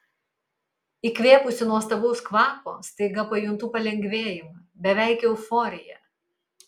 įkvėpusi nuostabaus kvapo staiga pajuntu palengvėjimą beveik euforiją